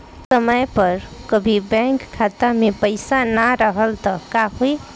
समय पर कभी बैंक खाता मे पईसा ना रहल त का होई?